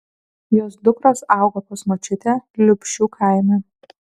jos dukros augo pas močiutę liupšių kaime